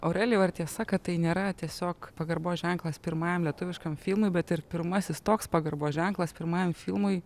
aurelijau ar tiesa kad tai nėra tiesiog pagarbos ženklas pirmajam lietuviškam filmui bet ir pirmasis toks pagarbos ženklas pirmajam filmui